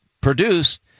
produced